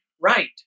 right